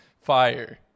fire